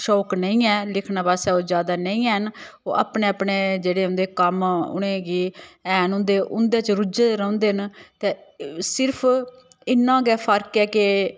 शौक नेईं ऐ लिखने पासै ओह् ज्यादै नेईं हैन ओह् अपनै अपनै जेह्ड़े उंदे कम्म उनेंगी हैन उं'दे उं'दे च रुज्झे दे रौंह्दे न ते सिर्फ इन्ना गै फर्क ऐ के